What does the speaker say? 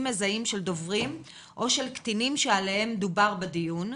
מזהים של דוברים או של קטינים שעליהם דובר בדיון,